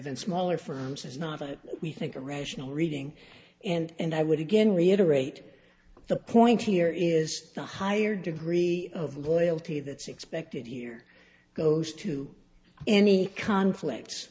than smaller firms is not that we think are rational reading and i would again reiterate the point here is the higher degree of loyalty that's expected here goes to any conflicts